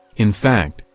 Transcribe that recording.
in fact,